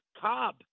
Cobb